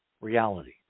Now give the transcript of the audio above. reality